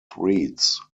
threads